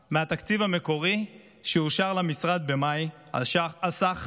ארבעה מהתקציב המקורי, שאושר למשרד במאי, על סך